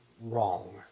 wrong